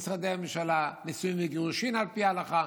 במשרדי הממשלה, נישואין וגירושין על פי ההלכה.